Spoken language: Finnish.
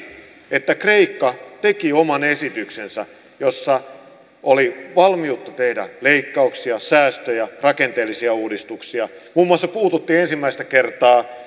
että kreikka teki oman esityksensä jossa oli valmiutta tehdä leikkauksia säästöjä rakenteellisia uudistuksia muun muassa puututtiin ensimmäistä kertaa